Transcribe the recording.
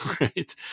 right